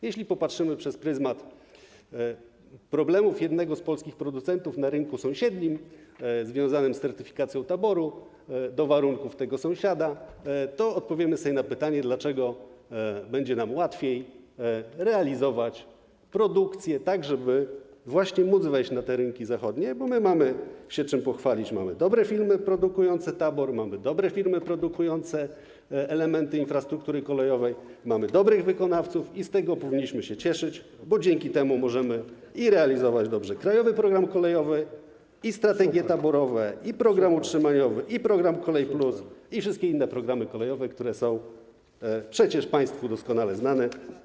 Jeśli popatrzymy przez pryzmat problemów jednego z polskich producentów na rynku sąsiednim w związku z certyfikacją taboru stosownie do warunków tego sąsiada, to odpowiemy sobie na pytanie, dlaczego będzie nam łatwiej realizować produkcję tak, żeby właśnie móc wejść na rynki zachodnie, bo mamy czym się pochwalić, mamy dobre firmy produkujące tabor, mamy dobre firmy produkujące elementy infrastruktury kolejowej, mamy dobrych wykonawców i z tego powinniśmy się cieszyć, ponieważ dzięki temu możemy dobrze realizować krajowy program kolejowy i strategie taborowe, i program utrzymaniowy, i program „Kolej+”, i wszystkie inne programy kolejowe, które są państwu doskonale znane.